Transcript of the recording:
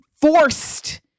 forced